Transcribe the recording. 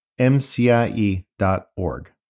mcie.org